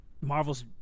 Marvel's